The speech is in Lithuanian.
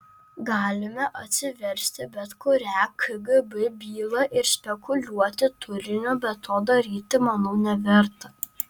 galime atsiversti bet kurią kgb bylą ir spekuliuoti turiniu bet to daryti manau neverta